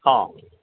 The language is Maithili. हँ